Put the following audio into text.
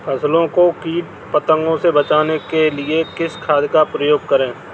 फसलों को कीट पतंगों से बचाने के लिए किस खाद का प्रयोग करें?